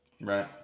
Right